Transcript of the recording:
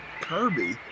Kirby